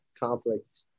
conflict